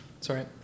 sorry